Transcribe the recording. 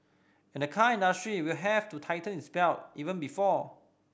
and the car industry will have to tighten its belt even before